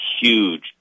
huge